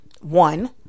one